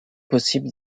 possible